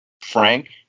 frank